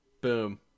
Boom